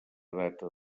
data